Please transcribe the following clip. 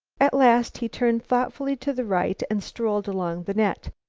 at last he turned thoughtfully to the right and strolled along the net.